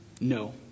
no